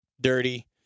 dirty